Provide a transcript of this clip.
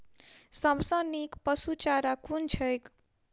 सबसँ नीक पशुचारा कुन छैक?